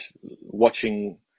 watching